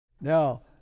Now